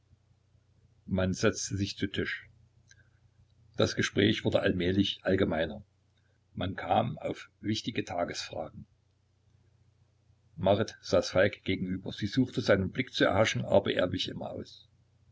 man setzte sich zu tisch das gespräch wurde allmählich allgemeiner man kam auf wichtige tagesfragen marit saß falk gegenüber sie suchte seinen blick zu erhaschen aber er wich immer aus